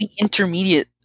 intermediate